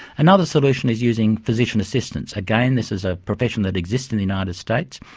another solution is using physician assistants. again, this is a profession that exists in the united states,